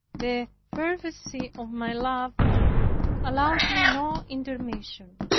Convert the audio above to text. the fervency of my love allowed me no intermission.